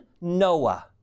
Noah